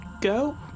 go